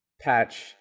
patch